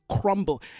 crumble